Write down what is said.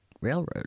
Railroad